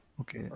okay